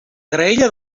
graella